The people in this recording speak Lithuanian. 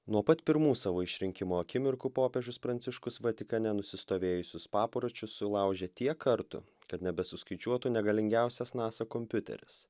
nuo pat pirmų savo išrinkimo akimirkų popiežius pranciškus vatikane nusistovėjusius papročius sulaužė tiek kartų kad nebesuskaičiuotų negalingiausias nasa kompiuterius